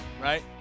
right